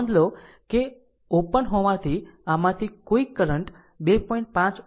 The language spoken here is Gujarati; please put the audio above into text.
નોંધ લો કે તે ઓપન હોવાથી આમાંથી કોઈ કરંટ 2